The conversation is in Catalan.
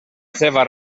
seva